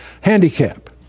handicap